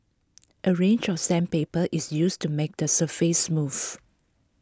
A range of sandpaper is used to make the surface smooth